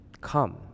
come